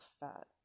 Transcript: fat